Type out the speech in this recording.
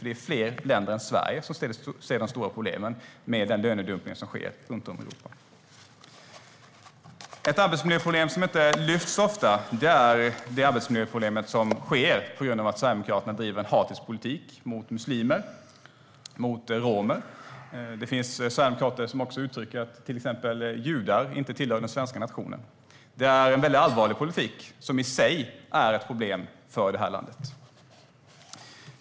Det är fler länder än Sverige som ser de stora problemen med den lönedumpning som sker runt om i Europa. Ett arbetsmiljöproblem som inte lyfts fram så ofta är de arbetsmiljöproblem som uppstår på grund av att Sverigedemokraterna driver en hatisk politik mot muslimer och mot romer. Det finns sverigedemokrater som säger att judar inte tillhör den svenska nationen. Det är en väldigt allvarlig politik som i sig är ett problem för det här landet.